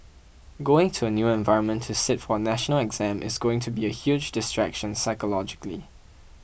going to a new environment to sit for a national exam is going to be a huge distraction psychologically